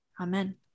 Amen